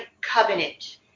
covenant